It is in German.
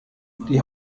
die